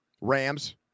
Rams